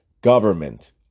government